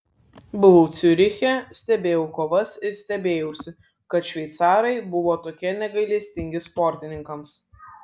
buvau ciuriche stebėjau kovas ir stebėjausi kad šveicarai buvo tokie negailestingi sportininkams